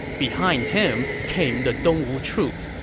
behind him came the dongwu troops,